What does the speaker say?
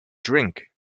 drink